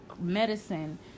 medicine